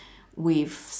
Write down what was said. with